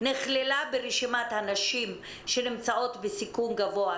נכללה ברשימת הנשים שנמצאות בסיכון גבוהה,